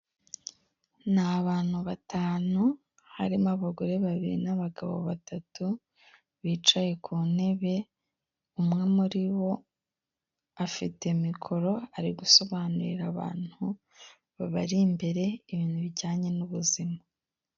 Ni abantu batanu, harimo abagore babiri n'abagabo batatu, bicaye ku ntebe umwe muri bo afite mikoro, ari gusobanurira abantu bari imbere ibintu bijyanye n'ubuzima.